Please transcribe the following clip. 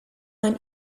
ein